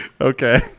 Okay